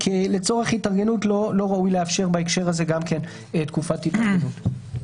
האם לצורך התארגנות לא ראוי לאפשר בהקשר הזה תקופת התארגנות?